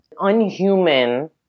unhuman